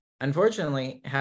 unfortunately